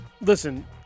Listen